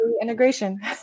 integration